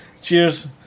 Cheers